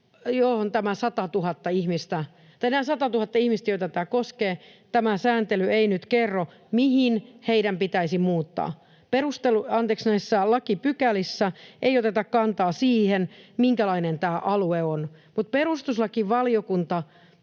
nämä 100 000 ihmistä, joita tämä koskee. Tämä sääntely ei nyt kerro, mihin heidän pitäisi muuttaa — anteeksi, näissä lakipykälissä ei oteta kantaa siihen, minkälainen tämä alue on — mutta perustuslakivaliokunta